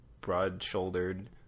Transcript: broad-shouldered